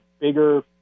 bigger –